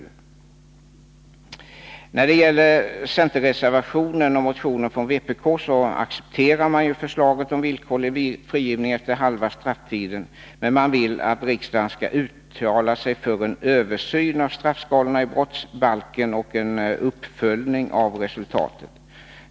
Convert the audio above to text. Centern och vpk accepterar i sin reservation resp. motion förslaget om villkorlig frigivning efter halva strafftiden, men de vill att riksdagen skall uttala sig för en översyn av straffskalorna i brottsbalken och en uppföljning av resultatet.